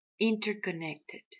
Interconnected